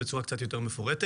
בצורה קצת יותר מפורטת.